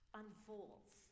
unfolds